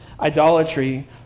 idolatry